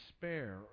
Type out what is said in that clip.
despair